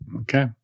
Okay